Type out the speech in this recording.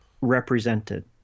represented